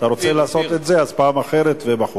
אתה רוצה לעשות את זה, אז פעם אחרת ובחוץ.